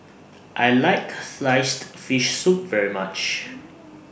I like Sliced Fish Soup very much